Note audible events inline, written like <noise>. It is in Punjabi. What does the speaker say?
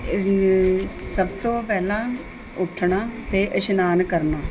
<unintelligible> ਸਭ ਤੋਂ ਪਹਿਲਾਂ ਉੱਠਣਾ ਅਤੇ ਇਸ਼ਨਾਨ ਕਰਨਾ